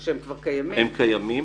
הם קיימים,